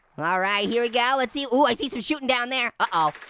all right, here we go, let's see. oh, i see some shooting down there. ah oh,